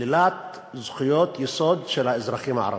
ושלילת זכויות יסוד של האזרחים הערבים.